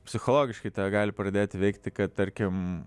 psichologiškai tave gali pradėti veikti kad tarkim